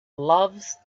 loves